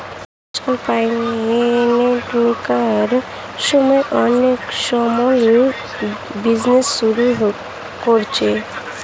আজকাল প্যান্ডেমিকের সময়ে অনেকে স্মল বিজনেজ শুরু করেছে